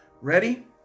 Ready